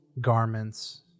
garments